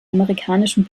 amerikanischen